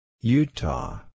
Utah